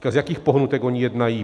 Tak z jakých pohnutek oni jednají?